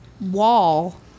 wall